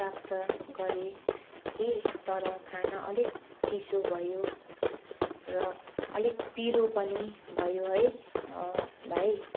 प्राप्त गरेँ कि तर खाना अलिक चिसो भयो र अलिक पिरो पनि भयो है भाइ